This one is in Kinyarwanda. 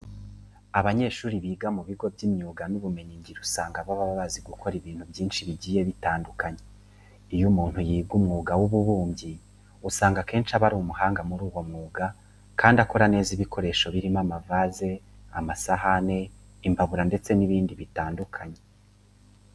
Abanyeshuri biga mu bigo by'imyuga n'ubumenyingiro usanga baba bazi gukora ibintu byinshi bigiye bitandukanye. Iyo umuntu yiga umwuga w'ububumbyi usanga akenshi aba ari umuhanga muri uwo mwuga kandi akora neza ibikoresho birimo amavaze, amasahane, imbabura ndetse n'ibindi bitandukanye.